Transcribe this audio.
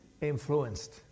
Influenced